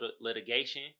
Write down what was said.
litigation